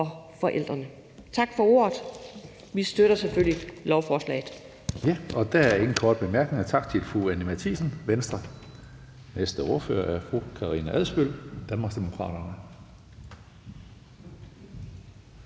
og forældrene. Tak for ordet. Vi støtter selvfølgelig lovforslaget.